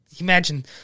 Imagine